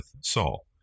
Saul